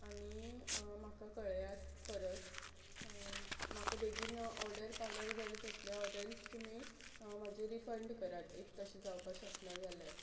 आनी म्हाका कळयात परत म्हाका बेगीन ऑर्डर पावल्यार बरें जातलें ऑर एल्स तुमी म्हजें रिफंड करात ईफ तशें जावपा शकना जाल्यार